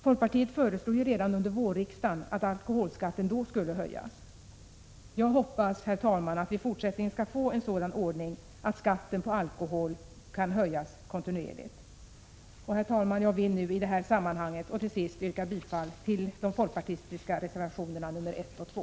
Folkpartiet föreslog ju redan under vårriksdagen att alkoholskatten då skulle höjas. Jag hoppas, herr talman, att vi i fortsättningen skall få en sådan ordning att skatten på alkohol kan höjas kontinuerligt. Herr talman! Jag vill nu till sist yrka bifall till de folkpartistiska reservationerna 1 och 2.